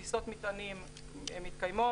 טיסות מטענים מתקיימות,